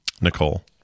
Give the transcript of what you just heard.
Nicole